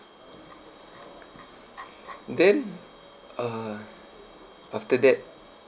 and then uh after that